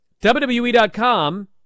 WWE.com